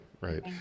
right